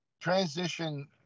transition